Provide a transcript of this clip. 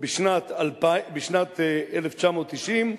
בשנת 1990,